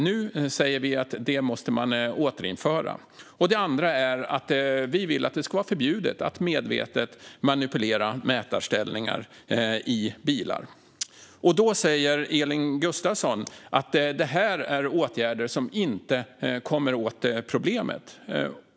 Nu säger vi att detta måste återinföras. Det andra är att vi vill att det ska vara förbjudet att medvetet manipulera mätarställningar i bilar. Då säger Elin Gustafsson att detta är åtgärder som inte kommer åt problemet.